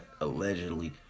allegedly